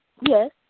Yes